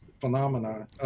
phenomena